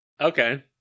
Okay